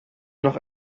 noch